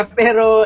pero